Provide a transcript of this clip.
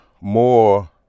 more